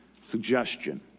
suggestion